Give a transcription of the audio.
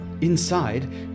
Inside